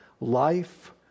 life